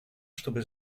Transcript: чтобы